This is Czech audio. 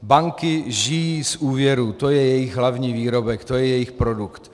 Banky žijí z úvěrů, to je jejich hlavní výrobek, to je jejich produkt.